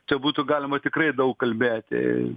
čia būtų galima tikrai daug kalbėti